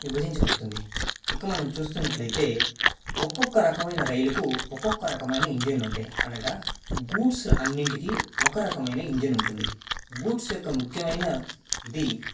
విభజించబడుతుంది ఇక మనం చూస్తున్నట్లయితే ఒక్కొక్క రకమైన రైలుకు ఒక్కొక్క రకమైన ఇంజన్లు ఉంటాయి అనగా గూడ్స్ అన్నింటికీ ఒక రకమైన ఇంజన్ ఉంటుంది గూడ్స్ యొక్క ముఖ్యమైన ఇది